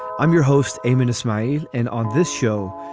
i'm your host, a minus smile. and on this show,